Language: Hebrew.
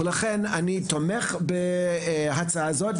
אני תומך בהצעה הזאת,